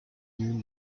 new